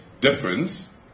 difference